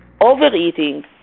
overeating